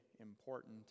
important